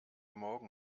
morgen